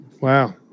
Wow